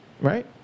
Right